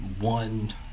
one